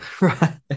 Right